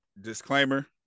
Disclaimer